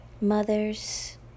mothers